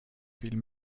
viel